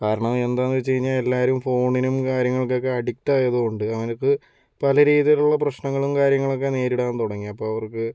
കാരണം എന്താണെന്ന് വെച്ച് കഴിഞ്ഞാൽ എല്ലാവരും ഫോണിനും കാര്യങ്ങൾക്കൊക്കെ അഡിക്റ്റ് ആയതുകൊണ്ട് അവർക്ക് പല രീതിയിലുള്ള പ്രശ്നങ്ങളും കാര്യങ്ങളൊക്കെ നേരിടാൻ തുടങ്ങി അപ്പോൾ അവർക്ക്